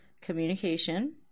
communication